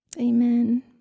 amen